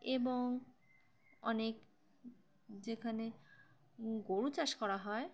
এবং অনেক যেখানে গরু চাষ করা হয়